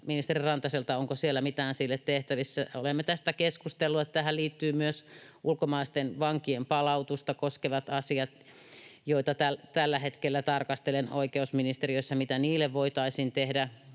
ministeri Rantaselta, onko siellä mitään sille tehtävissä. Olemme tästä keskustelleet. Tähän liittyvät myös ulkomaalaisten vankien palautusta koskevat asiat, joita tällä hetkellä tarkastelen oikeusministeriössä, että mitä niille voitaisiin tehdä.